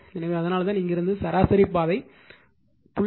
எனவே அதனால்தான் இங்கிருந்து சராசரி பாதை 0